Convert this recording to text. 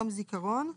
יום זיכרון ואבל.